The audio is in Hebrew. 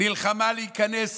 נלחמה להיכנס